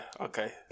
Okay